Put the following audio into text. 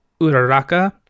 Uraraka